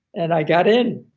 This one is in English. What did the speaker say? and i got in,